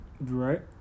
Right